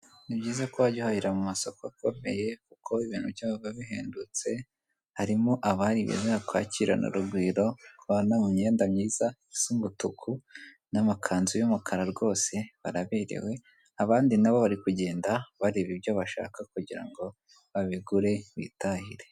Ni byiza ko wajya uhahira mu masoko akomeye kuko ibintu byaho biba bihendutse. Harimo abali beza bakwakirana urugwiro mu myenda myiza y'umutuku n'amakanzu y'umukara, rwose baraberewe. Abandi nabo bari kugenda bareba ibyo bashaka kugira ngo babigure bitahire.